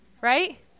Right